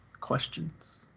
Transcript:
questions